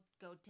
go